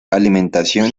alimentación